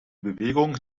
bewegung